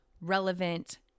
relevant